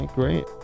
great